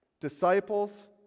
Disciples